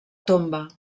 tomba